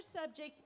subject